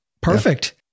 Perfect